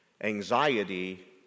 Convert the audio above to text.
Anxiety